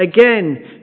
again